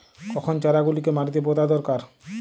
কখন চারা গুলিকে মাটিতে পোঁতা দরকার?